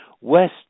West